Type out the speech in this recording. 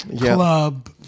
club